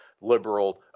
liberal